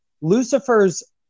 lucifer's